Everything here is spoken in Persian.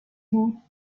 بود